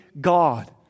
God